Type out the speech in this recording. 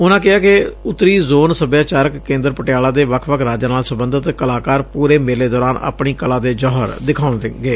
ਉਨੂਾਂ ਕਿਹਾ ਕਿ ਉਂਤਰੀ ਜੋਨ ਸੱਭਿਆਚਾਰ ਕੇਂਦਰ ਪਟਿਆਲਾ ਦੇ ਵੱਖ ਵੱਖ ਰਾਜਾਂ ਨਾਲ ਸਬੰਧਤ ਕਲਾਕਾਰ ਪੁਰੇ ਮੇਲੇ ਦੌਰਾਨ ਆਪਣੀ ਕਲਾ ਦੇ ਜੌਹਰ ਦਿਖਾਉਣਗੇ